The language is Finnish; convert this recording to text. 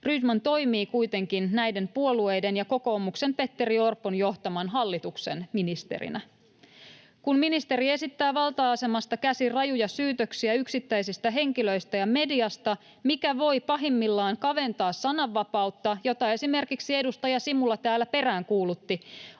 Rydman toimii kuitenkin näiden puolueiden ja kokoomuksen Petteri Orpon johtaman hallituksen ministerinä. Kun ministeri esittää valta-asemasta käsin rajuja syytöksiä yksittäisistä henkilöistä ja mediasta, mikä voi pahimmillaan kaventaa sananvapautta — jota esimerkiksi edustaja Simula täällä peräänkuulutti